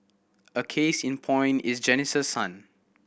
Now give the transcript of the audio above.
a case in point is Janice's son